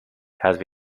had